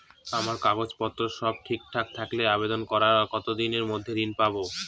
আমার কাগজ পত্র সব ঠিকঠাক থাকলে আবেদন করার কতদিনের মধ্যে ঋণ পাব?